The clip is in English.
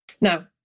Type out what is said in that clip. Now